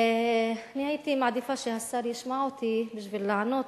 הייתי מעדיפה שהשר ישמע אותי כדי לענות,